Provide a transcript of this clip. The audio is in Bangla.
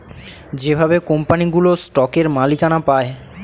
যেভাবে কোম্পানিগুলো স্টকের মালিকানা পায়